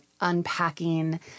unpacking